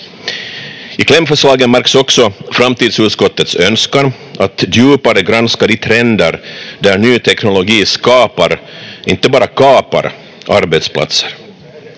I klämförslagen märks också framtidsutskottets önskan att djupare granska de trender där ny teknologi skapar, inte bara kapar, arbetsplatser.